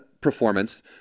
performance